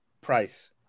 price